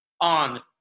on